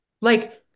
Like-